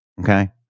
okay